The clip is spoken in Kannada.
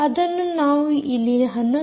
ಅದನ್ನು ನಾವು ಇಲ್ಲಿ 11